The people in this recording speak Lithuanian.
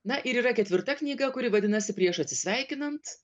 na ir yra ketvirta knyga kuri vadinasi prieš atsisveikinant